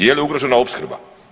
Je li ugrožena opskrba?